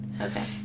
okay